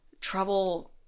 trouble